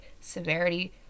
severity